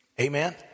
amen